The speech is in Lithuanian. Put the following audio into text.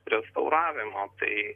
restauravimo tai